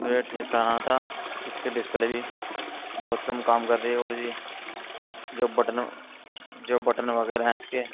تو یہ ٹھیک کرانا تھا اس کی ڈسپلے بھی بہت کم کام کر ہی ہے اور جی جو بٹن جو بٹن وغیرہ ہیں اس کے